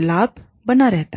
लाभ बना रहता है